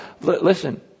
Listen